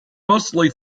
mostly